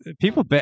people